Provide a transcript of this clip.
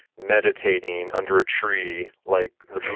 meditating under a tree like the